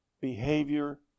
behavior